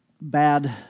bad